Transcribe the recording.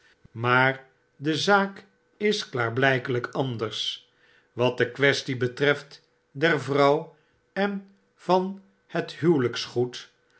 maar de zaak is klaarblpelijk anders wat de quaestie betreft der vrouw en van het